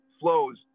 flows